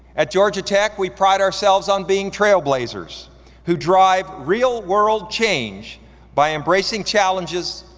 at georgia tech, we pride ourselves on being trailblazers who drive real world change by embracing challenges,